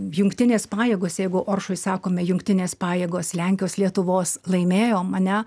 jungtinės pajėgos jeigu oršoj sakome jungtinės pajėgos lenkijos lietuvos laimėjom ane